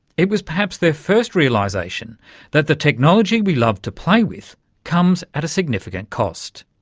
it was perhaps their first realisation that the technology we love to play with comes at a significant cost.